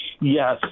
Yes